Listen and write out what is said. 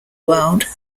world